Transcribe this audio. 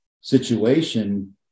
situation